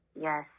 Yes